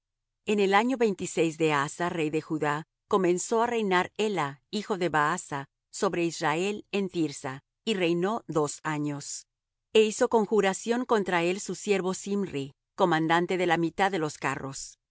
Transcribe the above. en el año veintiséis de asa rey de judá comenzó á reinar ela hijo de baasa sobre israel en thirsa y reinó dos años e hizo conjuración contra él su siervo zimri comandante de la mitad de los carros y